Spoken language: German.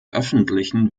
öffentlichen